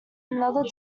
another